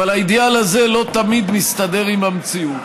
אבל האידיאל הזה לא תמיד מסתדר עם המציאות.